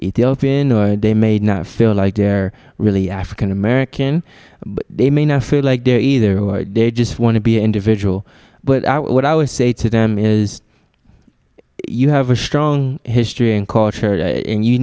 they may not feel like they're really african american but they may not feel like they're either they just want to be individual but what i would say to them is you have a strong history and culture and you